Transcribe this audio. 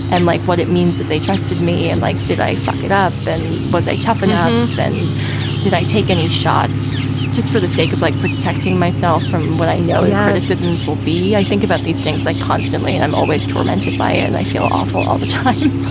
and like what it means that they trusted me and like, did i fuck it up and was a tough enough? and did i take any shots just for the sake of like protecting myself from what i know yeah the citizens will be? i think about these things like constantly and i'm always tormented by it and i feel awful all the time